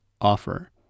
offer